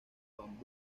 van